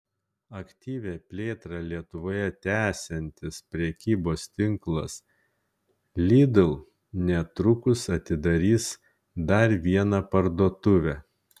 aktyvią plėtrą lietuvoje tęsiantis prekybos tinklas lidl netrukus atidarys dar vieną parduotuvę